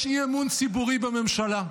יש אי-אמון ציבורי בממשלה.